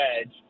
edge